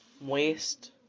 waste